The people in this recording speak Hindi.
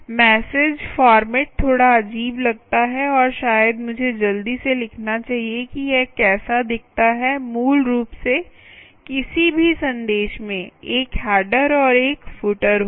मैसेज फॉर्मेट थोड़ा अजीब लगता है और शायद मुझे जल्दी से लिखना चाहिए कि यह कैसा दिखता है मूल रूप से किसी भी संदेश में एक हेडर और एक फूटर होगा